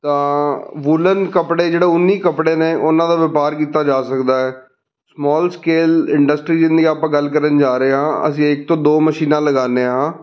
ਤਾਂ ਵੂਲਨ ਕੱਪੜੇ ਜਿਹੜੇ ਉਨੀ ਕੱਪੜੇ ਨੇ ਉਹਨਾਂ ਦਾ ਵਪਾਰ ਕੀਤਾ ਜਾ ਸਕਦਾ ਹੈ ਸਮਾਲ ਸਕੇਲ ਇੰਡਸਟਰੀ ਜਿਹਦੀ ਆਪਾਂ ਗੱਲ ਕਰਨ ਜਾ ਰਹੇ ਹਾਂ ਅਸੀਂ ਇੱਕ ਤੋਂ ਦੋ ਮਸ਼ੀਨਾਂ ਲਗਾਉਂਦੇ ਹਾਂ